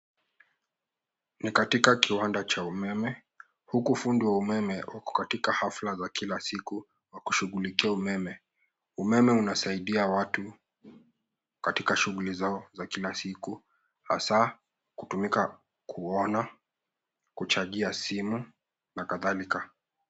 Ni katika kiwanda cha umeme huku fundi wa umeme wako katika hafla za kila siku wa kushughulikia umeme. Umeme unasaidia watu katika shughuli zao za kila siku hasa kutumika kuona, kuchajia simu na kadhalika.